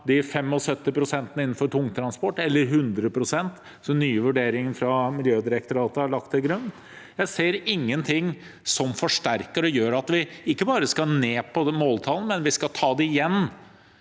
nå 75 pst. innenfor tungtransport, eller 100 pst. – om den nye vurderingen fra Miljødirektoratet er lagt til grunn. Jeg ser ingen ting som forsterker og gjør at vi ikke bare skal gå ned på måltallene, men tar det igjen